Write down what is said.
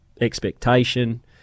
expectation